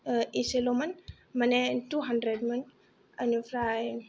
एसेल'मोन माने टु हानड्रेडमोन ओमफ्राय